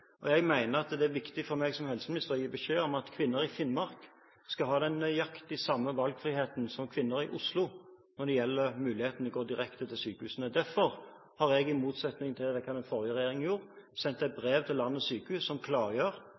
Det er viktig for meg som helseminister å gi beskjed om at kvinner i Finnmark skal ha nøyaktig den samme valgfriheten som kvinner i Oslo når det gjelder muligheten til å gå direkte til sykehusene. Derfor har jeg – i motsetning til hva den forrige regjeringen gjorde – sendt et brev til landets sykehus som klargjør